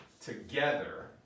together